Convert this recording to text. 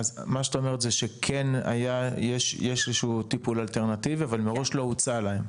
אז מה שאת אומרת שכן יש טיפול אלטרנטיבי אבל מראש לא הוצע להן?